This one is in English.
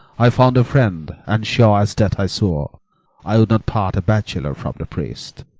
i found a friend and sure as death i swore i would not part a bachelor from the priest.